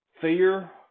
fear